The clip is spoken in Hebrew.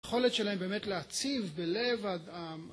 היכולת שלהם באמת להציב בלב